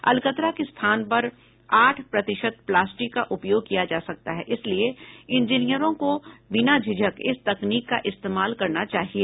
अलकतरा के स्थान पर आठ प्रतिशत प्लास्टिक का उपयोग किया जा सकता है इसलिए इंजीनियरों को बिना झिझक इस तकनीक का इस्तेमाल करना चाहिए